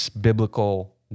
biblical